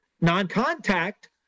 Non-contact